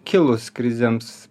kilus krizėms